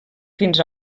fins